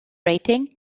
rating